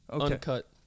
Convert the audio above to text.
uncut